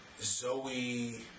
Zoe